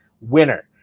winner